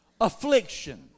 affliction